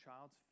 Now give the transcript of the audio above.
child's